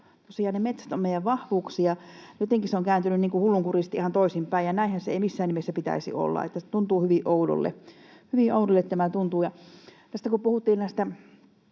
metsät ovat meidän vahvuuksiamme. Jotenkin se on kääntynyt hullunkurisesti ihan toisinpäin. Näinhän sen ei missään nimessä pitäisi olla, ja se tuntuu hyvin oudolle.